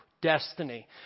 destiny